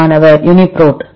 மாணவர் யூனிபிரோட்